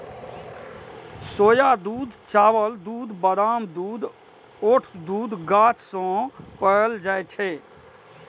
सोया दूध, चावल दूध, बादाम दूध, ओट्स दूध गाछ सं पाओल जाए छै